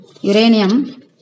uranium